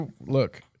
Look